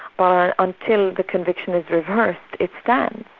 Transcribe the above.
but until the conviction is reversed, it stands.